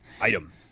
Item